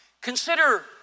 Consider